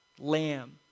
lamb